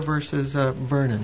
versus vernon